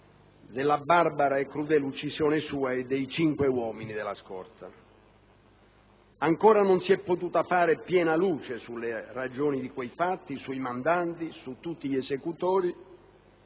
della barbara e crudele uccisione sua e dei cinque uomini della scorta. Ancora non si è potuto fare piena luce sulle ragioni di quei fatti, sui mandanti, su tutti gli esecutori,